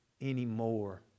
anymore